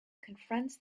confronts